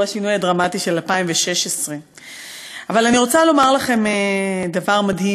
היא השינוי הדרמטי של 2016. אבל אני רוצה לומר לכם דבר מדהים,